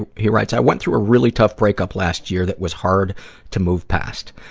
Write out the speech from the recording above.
and he writes, i went through a really tough break-up last year that was hard to move past.